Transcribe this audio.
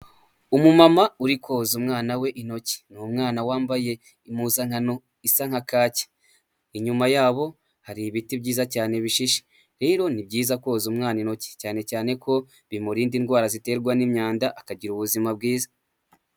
Umumama uri koza umwana we intoki. Ni umwana wambaye impuzankano isa nka kaki. Inyuma yabo hari ibiti byiza cyane bishishe. Rero ni byiza koza umwana intoki. Cyane cyane ko bimurinda indwara ziterwa n'imyanda, akagira ubuzima bwiza.